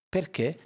Perché